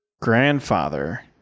grandfather